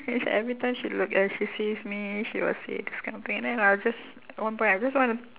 then she every time she look and she sees me she will say this kind of thing and then I'll just at one point I just want